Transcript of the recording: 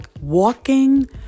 walking